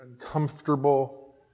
uncomfortable